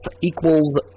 equals